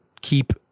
keep